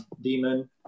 demon